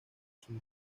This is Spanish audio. sur